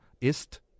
Ist